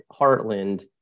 Heartland